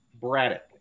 Braddock